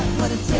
what it